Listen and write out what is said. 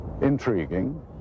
intriguing